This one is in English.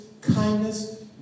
kindness